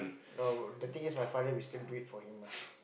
no the thing is my father will still do it for him mah